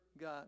God